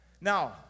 Now